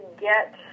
get